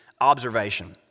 observation